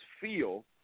feel